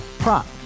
Prop